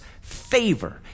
favor